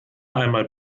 einmal